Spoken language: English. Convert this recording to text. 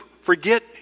forget